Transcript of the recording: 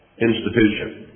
institution